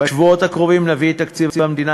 בשבועות הקרובים נביא את תקציב המדינה,